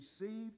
received